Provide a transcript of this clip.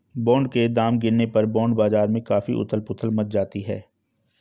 bond के दाम गिरने पर बॉन्ड बाजार में काफी उथल पुथल मच जाती है